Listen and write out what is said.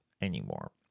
anymore